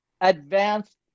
advanced